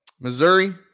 Missouri